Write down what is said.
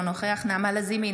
אינו נוכח נעמה לזימי,